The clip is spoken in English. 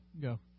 Go